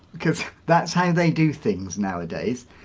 because that's how they do things nowadays.